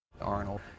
Arnold